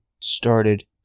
started